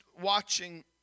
watching